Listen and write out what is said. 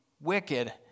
wicked